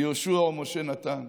יהושע ומשה נתן.